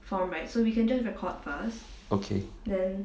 okay